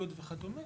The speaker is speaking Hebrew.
י' וכדומה